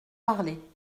parler